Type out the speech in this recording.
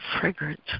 fragrance